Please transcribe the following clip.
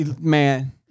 man